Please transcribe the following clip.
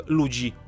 ludzi